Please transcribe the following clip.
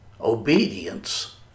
obedience